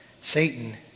Satan